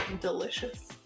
delicious